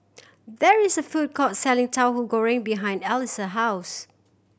there is a food court selling Tauhu Goreng behind Alice house